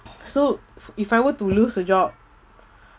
so if I were to lose the job